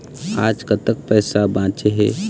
आज कतक पैसा बांचे हे?